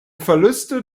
verluste